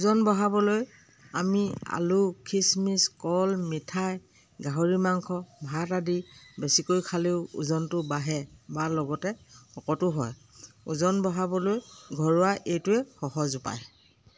ওজন বঢ়াবলৈ আমি আলু খিচমিচ কল মিঠাই গাহৰি মাংস ভাত আদি বেছিকৈ খালেও ওজনটো বাঢ়ে বা লগতে শকতো হয় ওজন বঢ়াবলৈ ঘৰুৱা এইটোৱে সহজ উপায়